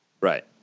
Right